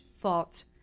fought